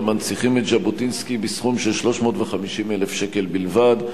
המנציחים את זכר ז'בוטינסקי בסכום של 350,000 ש"ח בלבד.